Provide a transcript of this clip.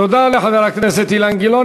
תודה לחבר הכנסת אילן גילאון.